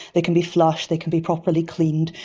they can be flushed, they can be properly cleaned.